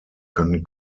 können